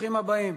ברוכים הבאים.